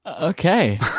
okay